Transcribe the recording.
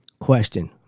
Question